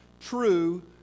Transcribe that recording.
true